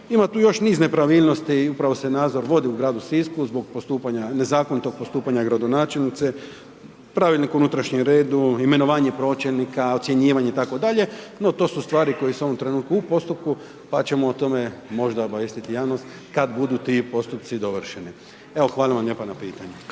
Ima tu još niz nepravilnosti upravo se nadzor vodi u gradu Sisku zbog postupanja, nezakonitog postupanja gradonačelnice, pravilnik o unutrašnjem redu, imenovanje pročelnika, ocjenjivanje itd., no to su stvari koje su u ovom trenutku u postupku, pa ćemo o tome možda obavijestiti javnost kad budu ti postupci dovršeni. Evo hvala vam lijepa na pitanju.